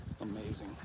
amazing